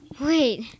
wait